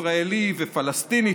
ישראלי ופלסטינית,